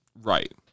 Right